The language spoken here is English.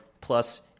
plus